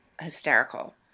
hysterical